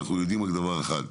אבל אנחנו יודעים דבר אחד: